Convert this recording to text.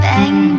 Bang